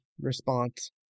response